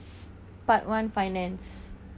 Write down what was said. part one finance